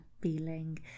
feeling